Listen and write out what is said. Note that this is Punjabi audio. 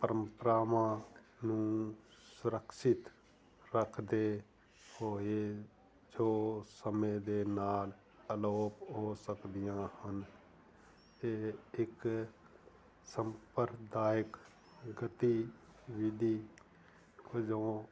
ਪਰੰਪਰਾਵਾਂ ਨੂੰ ਸੁਰਕਸ਼ਿਤ ਰੱਖਦੇ ਹੋਏ ਜੋ ਸਮੇਂ ਦੇ ਨਾਲ ਅਲੋਪ ਹੋ ਸਕਦੀਆਂ ਹਨ ਅਤੇ ਇੱਕ ਸੰਪਰਕ ਦਾ ਇਕ ਗਤੀਵਿਧੀ ਵਜੋਂ